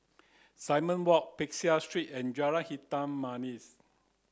Simon Walk Peck Seah Street and Jalan Hitam Manis